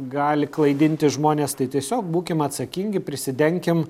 gali klaidinti žmones tai tiesiog būkim atsakingi prisidenkim